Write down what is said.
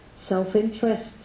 self-interest